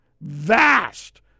vast